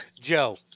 Joe